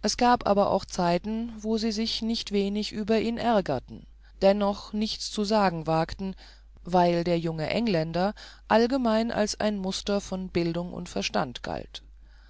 es gab aber auch zeiten wo sie sich nicht wenig über ihn ärgerten und dennoch nichts zu sagen wagten weil der junge engländer allgemein als ein muster von bildung und verstand galt